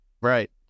Right